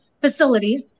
facilities